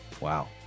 wow